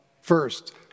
First